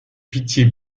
pitié